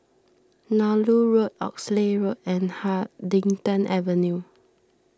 Nallur Road Oxley Road and Huddington Avenue